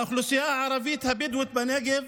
האוכלוסייה הערבית הבדואית בנגב